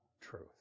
truth